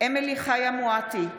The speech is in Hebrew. אמילי חיה מואטי,